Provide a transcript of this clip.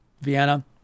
Vienna